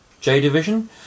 J-Division